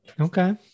okay